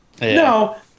No